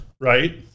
right